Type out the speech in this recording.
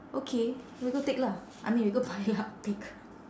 okay we go take lah I mean we go buy lah take